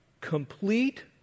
Complete